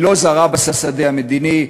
היא לא זרעה בשדה המדיני,